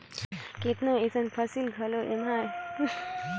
केतनो अइसन फसिल घलो अहें जेम्हां बगरा पानी परे ले ओ फसिल मन हर सइर घलो जाथे